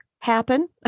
happen